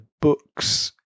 books